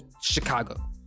Chicago